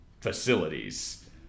facilities